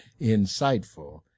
insightful